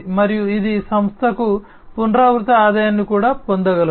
మరియు ఇది సంస్థకు పునరావృత ఆదాయాన్ని కూడా పొందగలదు